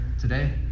today